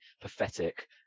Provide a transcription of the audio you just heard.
pathetic